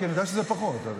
יש עוד חוקים.